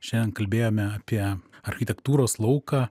šiandien kalbėjome apie architektūros lauką